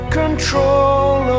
control